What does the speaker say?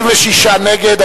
66 נגד.